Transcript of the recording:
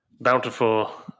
bountiful